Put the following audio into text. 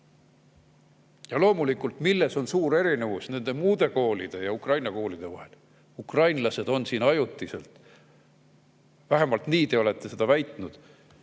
Loomulikult, milles on suur erinevus nende muude koolide ja ukraina koolide vahel? Ukrainlased on siin ajutiselt. Vähemalt nii te olete väitnud.